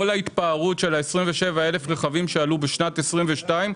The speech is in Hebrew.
ההתפארות של ה-27,000 רכבים שעלו בשנת 2022,